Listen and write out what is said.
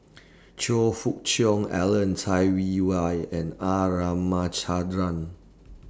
Choe Fook Cheong Alan Cai Wei Why and R Ramachandran